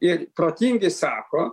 ir protingi sako